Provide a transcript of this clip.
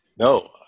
No